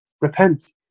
Repent